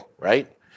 right